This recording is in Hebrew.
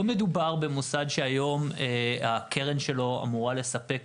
לא מדובר במוסד שהקרן שלו אמורה לספק